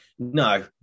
No